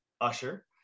Usher